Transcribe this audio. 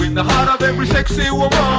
the heart of every sexy woman!